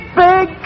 big